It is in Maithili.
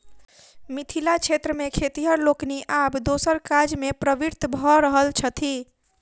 मिथिला क्षेत्र मे खेतिहर लोकनि आब दोसर काजमे प्रवृत्त भ रहल छथि